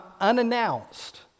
unannounced